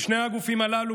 בשני הגופים הללו,